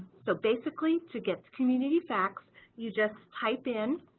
so basically to get community facts you just type in